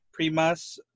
Primas